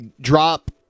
drop